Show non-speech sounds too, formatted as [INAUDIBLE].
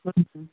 [UNINTELLIGIBLE]